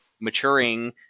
maturing